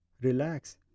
Relax